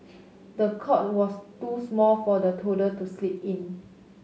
the cot was too small for the toddler to sleep in